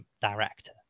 director